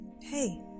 hey